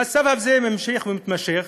המצב הזה ממשיך ומתמשך,